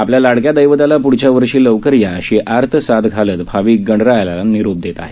आपल्या लाडक्या दैवताला प्ढच्या वर्षी लवकर या अशी आर्त साद घालत भाविक गणरायाला निरोप देत आहेत